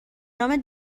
نام